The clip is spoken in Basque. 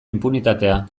inpunitatea